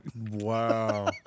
Wow